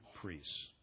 priests